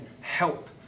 help